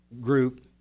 group